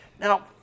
Now